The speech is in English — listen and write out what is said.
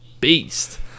beast